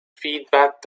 feedback